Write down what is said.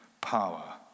power